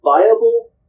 viable